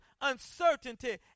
uncertainty